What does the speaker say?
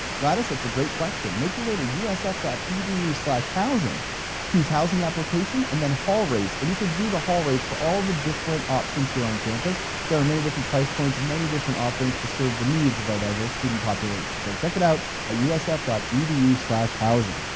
gladys that's a great question make your way to usf dot edu slash housing choose housing application and then hall rates and you could view the hall rates for all the different options here on campus there are many different price points many different offerings to serve the needs of our diverse student population so check it out at usf dot edu slash housing.